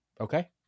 Okay